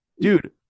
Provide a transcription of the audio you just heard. Dude